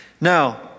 Now